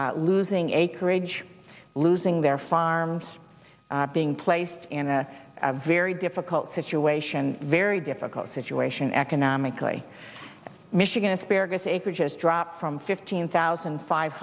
losing acreage losing their farms being placed in a very difficult situation very difficult situation economically michigan asparagus acreage has dropped from fifteen thousand five